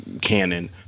canon